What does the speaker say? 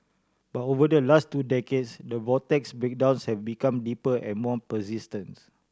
but over the last two decades the vortex's breakdowns have become deeper and more persistents